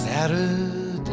Saturday